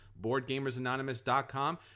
BoardGamersAnonymous.com